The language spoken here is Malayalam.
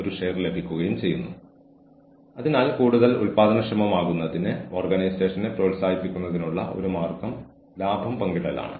അല്ലെങ്കിൽ ആ വ്യക്തി ഉപദ്രവിച്ചതായി ആരോപിക്കപ്പെട്ടിട്ടുണ്ടെങ്കിൽ അത് വളരെ ഗുരുതരമായ ഒരു പ്രശ്നമായി മാറുന്നു